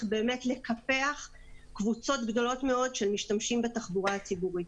לקפח קבוצות גדולות של משתמשים בתחבורה הציבורית.